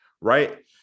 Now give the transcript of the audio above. right